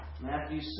Matthew